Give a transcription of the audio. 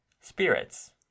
Spirits